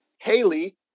Haley